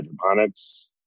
hydroponics